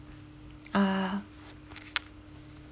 ah